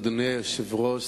אדוני היושב-ראש,